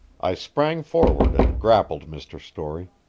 i sprang forward and grappled mr. storey,